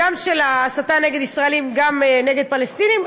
של ההסתה גם נגד ישראלים וגם נגד פלסטינים,